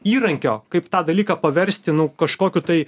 įrankio kaip tą dalyką paversti nu kažkokiu tai